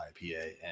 ipa